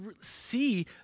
see